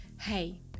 Hey